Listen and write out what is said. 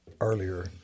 earlier